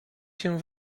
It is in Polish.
się